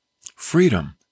Freedom